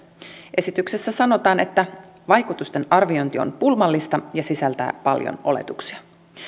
esityksessä sanotaan että vaikutusten arviointi on pulmallista ja sisältää paljon oletuksia